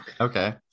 Okay